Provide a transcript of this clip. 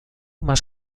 más